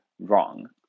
wrong